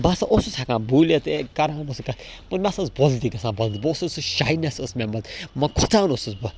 بہٕ ہَسا اوسُس ہٮ۪کان بوٗلِتھ ہے کرٕ ہا مےٚ سۭتۍ کَتھ مگر مےٚ ہسا ٲس بولتی گژھان بنٛد بہٕ اوسُس سُہ شاینٮ۪س ٲس مےٚ منٛز مَہ کھوٚژان اوسُس بہٕ